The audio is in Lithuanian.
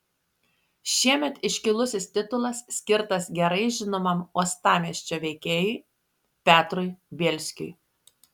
šiemet iškilusis titulas skirtas gerai žinomam uostamiesčio veikėjui petrui bielskiui